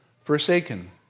forsaken